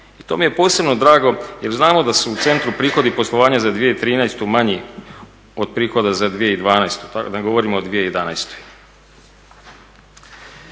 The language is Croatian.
I to mi je posebno drago jer znamo da su u centru prihodi poslovanja za 2013. manji od prihoda za 2012., ne govorimo o 2011.